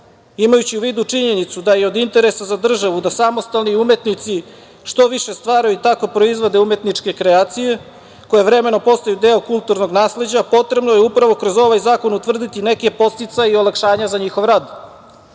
imajući u vidu činjenicu da je od interesa za državu da samostalni umetnici što više stvaraju i tako proizvode umetničke kreacije koje vremenom postaju deo kulturnog nasleđa, potrebno je upravo kroz ovaj zakon utvrditi neke podsticaje i olakšanja za njihov rad.